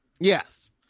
Yes